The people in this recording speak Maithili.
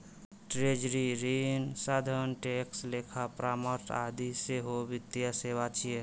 ट्रेजरी, ऋण साधन, टैक्स, लेखा परामर्श आदि सेहो वित्तीय सेवा छियै